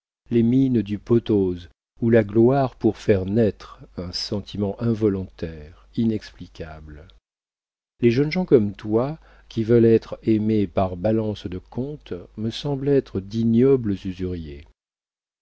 les mines du potose ou la gloire pour faire naître un sentiment involontaire inexplicable les jeunes gens comme toi qui veulent être aimés par balance de compte me semblent être d'ignobles usuriers